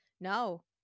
no